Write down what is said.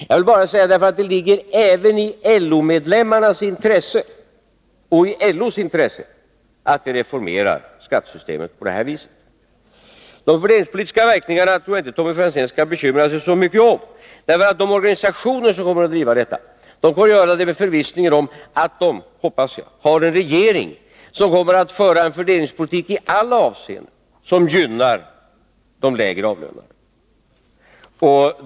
Jag ville bara säga detta, eftersom det även ligger i LO-medlemmarnas och LO:s intresse att vi reformerar skattesystemet på detta vis. Jag tror inte att Tommy Franzén skall bekymra sig så mycket om de fördelningspolitiska verkningarna. De organisationer som kommer att driva dessa frågor kommer att göra det i förvissningen att det — hoppas jag — finns en regering som i alla avseenden för en fördelningspolitik som gynnar de lägre avlönade.